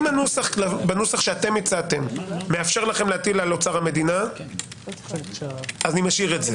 אם הנוסח שאתם הצעתם מאפשר לכם להטיל על אוצר המדינה אני משאיר את זה.